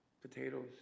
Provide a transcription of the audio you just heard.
potatoes